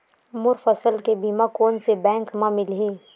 मोर फसल के बीमा कोन से बैंक म मिलही?